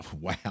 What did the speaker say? Wow